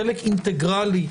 חלק אינטגרלי,